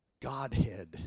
Godhead